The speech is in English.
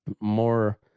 more